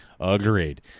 Agreed